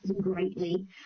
greatly